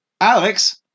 Alex